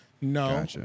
No